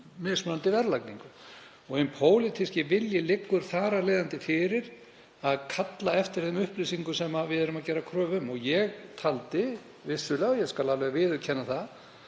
mismunandi verðlagningu. Hinn pólitíski vilji liggur þar af leiðandi fyrir því að kalla eftir þeim upplýsingum sem við gerum kröfu um. Ég taldi vissulega, og ég skal alveg viðurkenna það,